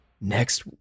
next